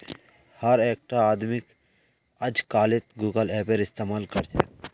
हर एकटा आदमीक अजकालित गूगल पेएर इस्तमाल कर छेक